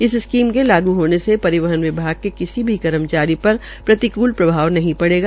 इस स्कीम को लागू होने से परिवहन विभाग के किसी भी कर्मचारी पर प्रतिकूल प्रभाव नहीं पड़ेगा